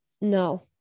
No